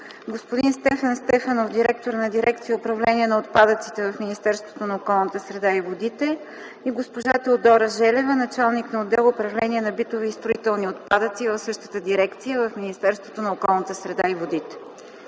господин Стефан Стефанов – директор на дирекция „Управление на отпадъците” в Министерството на околната среда и водите, и госпожа Теодора Желева – началник на отдел „Управление на битови и строителни отпадъци” от същата дирекция в Министерството на околната среда и водите.